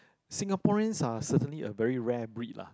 Singaporeans are certainly a very rare breed lah